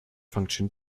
function